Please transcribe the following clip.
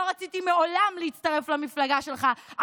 לא רציתי מעולם להצטרף למפלגה שלך,